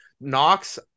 Knox